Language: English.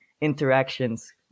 interactions